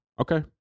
Okay